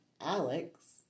Alex